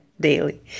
daily